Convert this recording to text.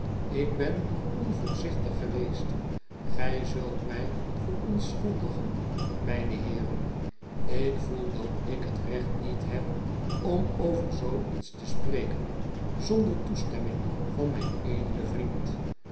ik ben onvoorzichtig geweest gij zult mij wel verontschuldigen mijne heeren ik voel dat ik net recht niet neb om over zoo iets te spreken zonder toestemming van mijn edelen vriend